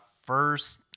first